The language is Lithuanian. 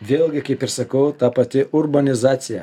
vėlgi kaip ir sakau ta pati urbanizacija